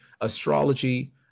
astrology